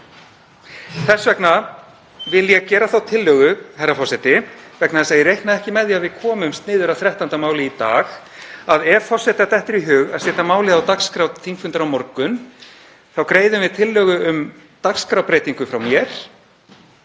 Þess vegna vil ég gera þá tillögu, herra forseti, vegna þess að ég reikna ekki með því að við komumst niður að 14. máli í dag, að ef forseta dettur í hug að setja málið á dagskrá þingfundar á morgun þá greiðum við tillögu um dagskrárbreytingu frá mér